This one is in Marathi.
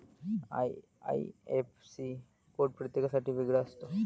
आई.आई.एफ.सी कोड प्रत्येकासाठी वेगळा असतो